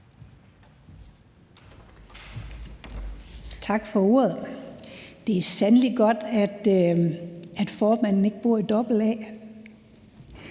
Tak for ordet. Det er sandelig godt, at formanden ikke udtaler